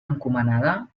encomanada